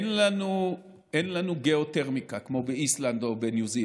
אין לנו ביותרמיקה כמו באיסלנד או בניו זילנד,